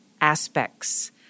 aspects